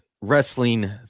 wrestling